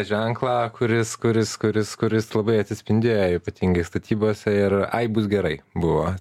ženklą kuris kuris kuris kuris labai atsispindėjo ypatingai statybose ir ai bus gerai buvo